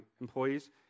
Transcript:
employees